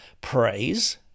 praise